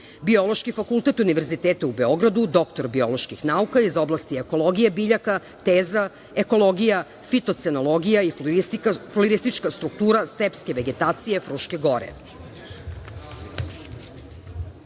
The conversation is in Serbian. biolog. Biološki fakultet UN u Beogradu, doktor biolških nauka iz oblasti ekologije biljaka, teza – ekologija, fitocenologija i floristička struktura, stepske vegetacije, Fruške